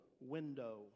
window